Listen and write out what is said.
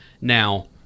Now